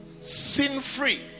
sin-free